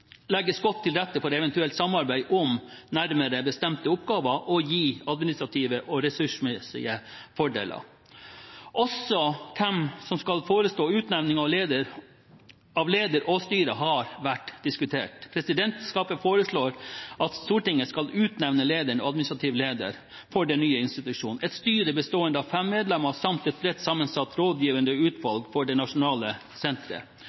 legges godt til rette for eventuelt samarbeid om nærmere bestemte oppgaver og gi administrative og ressursmessige fordeler. Også hvem som skal forestå utnevning av leder og styre, har vært diskutert. Presidentskapet foreslår at Stortinget skal utnevne lederen og administrativ leder for den nye institusjonen, et styre bestående av fem medlemmer samt et bredt sammensatt rådgivende utvalg for det nasjonale senteret.